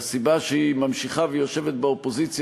והסיבה שהיא ממשיכה ויושבת באופוזיציה